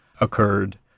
occurred